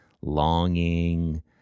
longing